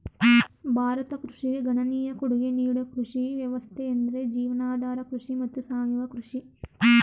ಭಾರತ ಕೃಷಿಗೆ ಗಣನೀಯ ಕೊಡ್ಗೆ ನೀಡೋ ಕೃಷಿ ವ್ಯವಸ್ಥೆಯೆಂದ್ರೆ ಜೀವನಾಧಾರ ಕೃಷಿ ಮತ್ತು ಸಾವಯವ ಕೃಷಿ